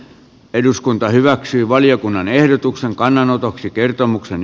eduskunta hyväksyy valiokunnan ehdotuksen kannanotoksi kertomuksen